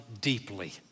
deeply